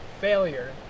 failure